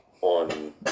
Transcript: on